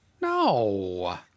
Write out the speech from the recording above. No